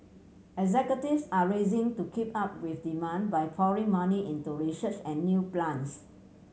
executives are racing to keep up with demand by pouring money into research and new plants